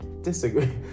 disagree